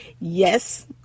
yes